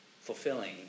fulfilling